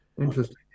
interesting